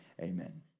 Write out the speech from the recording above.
Amen